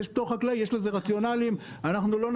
יש לזה רציונלים,